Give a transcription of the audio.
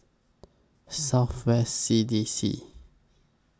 South West C D C